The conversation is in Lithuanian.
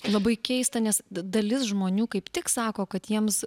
labai keista nes dalis žmonių kaip tik sako kad jiems